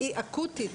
היא אקוטית,